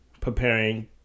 preparing